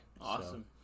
Awesome